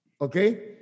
Okay